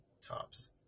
tops